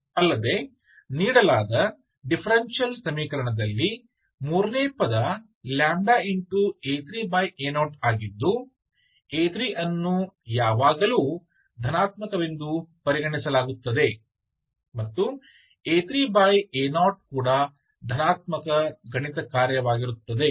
ಅಲ್ಲದೆ ನೀಡಲಾದ ಡಿಫರೆನ್ಷಿಯಲ್ ಸಮೀಕರಣದಲ್ಲಿ 3 ನೇ ಪದ a3a0ಆಗಿದ್ದು a3 ಅನ್ನು ಯಾವಾಗಲೂ ಧನಾತ್ಮಕವೆಂದು ಪರಿಗಣಿಸಲಾಗುತ್ತದೆ ಮತ್ತು a3a0 ಕೂಡ ಧನಾತ್ಮಕ ಗಣಿತಕಾರ್ಯವಾಗಿರುತ್ತದೆ